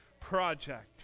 project